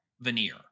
veneer